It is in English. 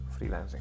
freelancing